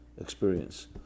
experience